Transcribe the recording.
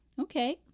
okay